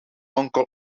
uncle